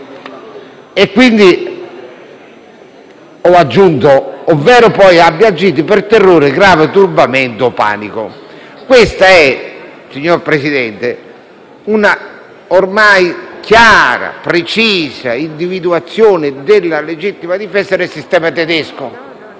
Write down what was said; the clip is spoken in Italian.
aggiunto inoltre: «ovvero abbia agito per terrore, grave turbamento o panico». Questa è, signor Presidente, una ormai chiara, precisa individuazione della legittima difesa nel sistema tedesco.